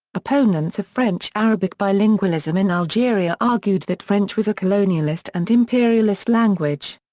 opponents of french-arabic bilingualism in algeria argued that french was a colonialist and imperialist language.